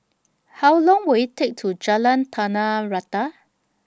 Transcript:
How Long Will IT Take to Jalan Tanah Rata